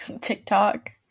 TikTok